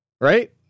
Right